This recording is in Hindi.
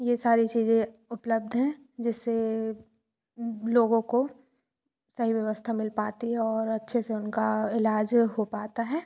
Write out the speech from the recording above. ये सारी चीज़ें उपलब्ध हैं जिससे लोगों को सही व्यवस्था मिल पाती है और अच्छे से उनका इलाज हो पाता है